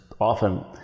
often